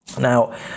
now